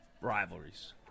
rivalries